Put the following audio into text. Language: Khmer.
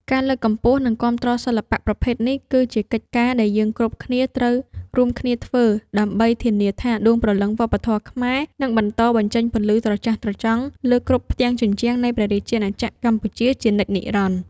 ការលើកកម្ពស់ និងគាំទ្រសិល្បៈប្រភេទនេះ គឺជាកិច្ចការដែលយើងគ្រប់គ្នាត្រូវរួមគ្នាធ្វើ ដើម្បីធានាថាដួងព្រលឹងវប្បធម៌ខ្មែរនឹងបន្តបញ្ចេញពន្លឺត្រចះត្រចង់លើគ្រប់ផ្ទាំងជញ្ជាំងនៃព្រះរាជាណាចក្រកម្ពុជាជានិច្ចនិរន្តរ៍។